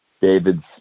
David's